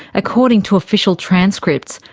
according to official transcripts,